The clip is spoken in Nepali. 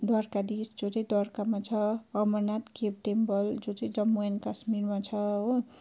द्वारकाधिज जो चाहिँ द्वारकामा छ अमरनाथ केब टेम्पल जो चाहिँ जम्मू अनि कश्मीरमा छ हो